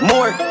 More